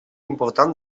important